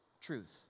truth